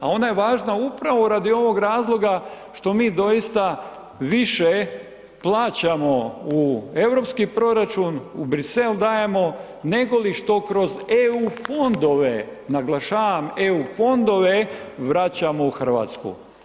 A ona je važna upravo radi ovog razloga što mi doista više plaćamo u europski proračun, u Bruxelles dajemo, nego li što kroz EU fondove, naglašavam, EU fondove vraćamo u Hrvatsku.